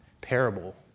parable